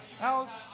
Alex